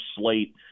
slate